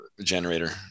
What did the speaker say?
generator